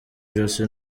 ijosi